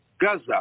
Gaza